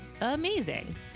amazing